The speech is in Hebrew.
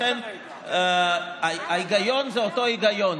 לכן ההיגיון הוא אותו היגיון,